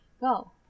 Go